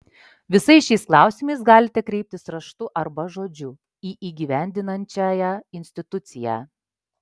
visais šiais klausimais galite kreiptis raštu arba žodžiu į įgyvendinančiąją instituciją